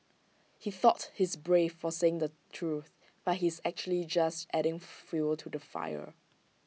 he thought he's brave for saying the truth but he's actually just adding fuel to the fire